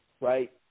right